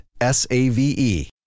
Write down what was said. S-A-V-E